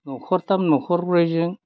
न'खरथाम न'खरब्रैजों